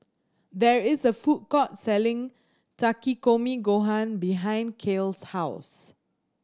there is a food court selling Takikomi Gohan behind Kiel's house